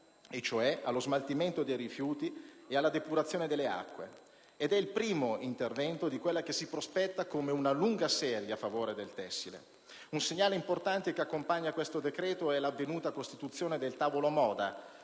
cioè allo smaltimento dei rifiuti ed alla depurazione delle acque. È il primo intervento di quella che si prospetta come una lunga serie a favore del tessile. Un segnale importante che accompagna questo decreto è l'avvenuta costituzione del tavolo moda,